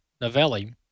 Novelli